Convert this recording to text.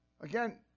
Again